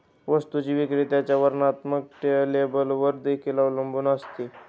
वस्तूची विक्री त्याच्या वर्णात्मक लेबलवर देखील अवलंबून असते